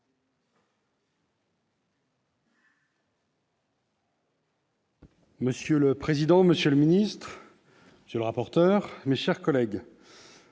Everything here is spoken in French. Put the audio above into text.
Monsieur le président, madame la ministre, monsieur le rapporteur, mes chers collègues,